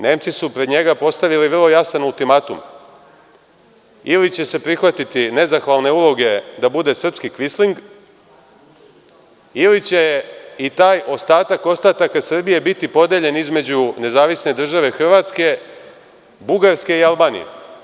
Nemci su pred njega postavili vrlo jasan ultimatum – ili će se prihvatiti nezahvalne uloge da bude srpski kvisling ili će i taj ostatak ostataka Srbije biti podeljen između Nezavisne države Hrvatske, Bugarske i Albanije.